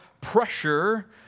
pressure